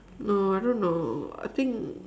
no I don't know I think